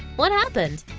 what happened?